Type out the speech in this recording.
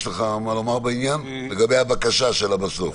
יש לך מה לומר לגבי הבקשה שלה בסוף?